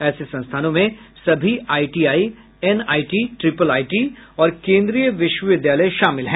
ऐसे संस्थानों में सभी आईटीआई एनआईटी ट्रिपल आईटी और केन्द्रीय विश्वविद्यालय शामिल हैं